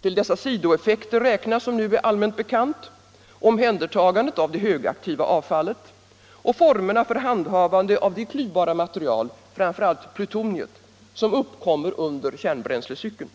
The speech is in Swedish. Till dessa sidoeffekter räknas, som nu är allmänt bekant, omhändertagandet av det högaktiva avfallet och formerna för handhavande av det klyvbara material, framför allt plutoniet, som uppkommer under kärnbränslecykeln.